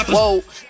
Whoa